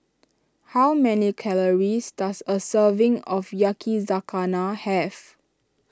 how many calories does a serving of Yakizakana have